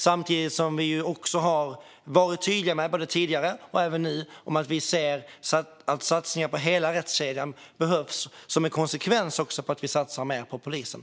Samtidigt har vi varit tydliga med, både tidigare och nu, att det behövs satsningar på hela rättskedjan. Som en konsekvens av detta satsar vi mer på polisen.